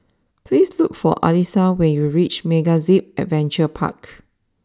please look for Alisa when you reach MegaZip Adventure Park